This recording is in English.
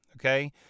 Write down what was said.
Okay